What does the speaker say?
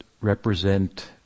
represent